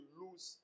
lose